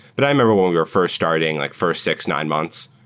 but i remember when we were first starting, like first six, nine months,